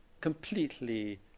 Completely